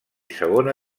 segona